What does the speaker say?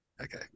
Okay